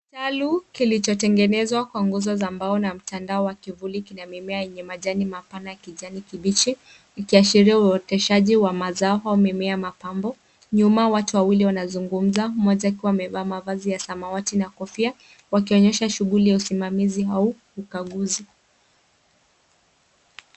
Kitalu kilichotengenezwa kwa nguzo za mbao na mtando wa kivuli kina mimea yenye majani mapana, kijani kibichi, ikiashiria uoteshaji wa mazao au mimea mapambo. Nyuma watu wawili wanazungumza, mmoja akiwa amevaa mavazi ya samawati na kofia, wakionyesha shughuli ya usimamizi au ukaguzi.